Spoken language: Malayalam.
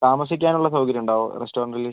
താമസിക്കാനുള്ള സൗകര്യം ഉണ്ടാവുമോ റസ്റ്റോറൻറ്റിൽ